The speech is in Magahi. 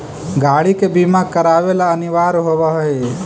गाड़ि के बीमा करावे ला अनिवार्य होवऽ हई